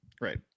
right